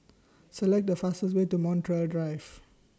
Select The fastest Way to Montreal Drive